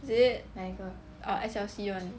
is it err S_L_C [one]